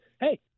hey